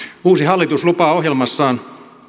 uusi hallitus lupaa ohjelmassaan